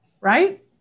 Right